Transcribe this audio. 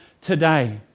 today